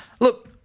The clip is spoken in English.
Look